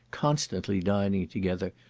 constantly dining together,